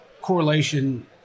correlation